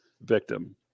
victim